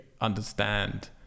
understand